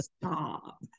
Stop